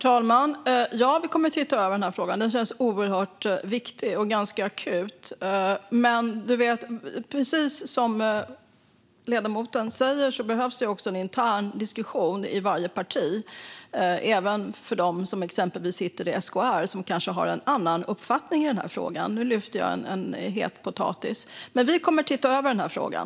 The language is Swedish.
Herr talman! Ja, vi kommer att titta över frågan. Den känns oerhört viktig och akut. Men som ledamoten vet behövs en intern diskussion i varje parti, även för dem som exempelvis sitter i SKR och kanske har en annan uppfattning i frågan. Nu tog jag upp en het potatis. Vänsterpartiet kommer dock att se över frågan.